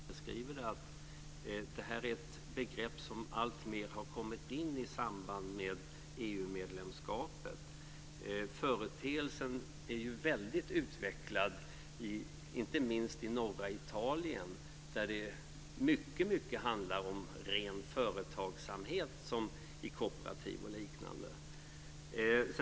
Fru talman! Naturligtvis är det här, precis som Dan Kilhström säger, ingen ny företeelse. Vad Dan Kihlström kallar för den ideella sektorn är något som vi i hundratalet år har arbetat med i Sverige. Däremot är begreppet social ekonomi förhållandevis nytt. Det är säkerligen så som Dan Kihlström beskriver, att detta begrepp alltmer har kommit in i samband med EU-medlemskapet. Företeelsen är väldigt utvecklad, inte minst i norra Italien där det i mycket stor utsträckning handlar om ren företagsamhet - kooperativ och liknande.